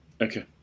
Okay